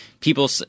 People